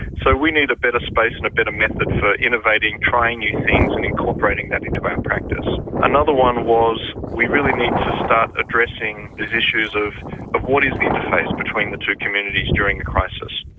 so we need a better space and a better method for innovating, trying new things and incorporating that into our practice. another one was we really need to start addressing these issues of of what is the interface between the two communities during the crises.